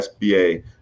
SBA